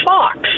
Fox